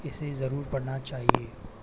इसे ज़रूर पढ़ना चाहिए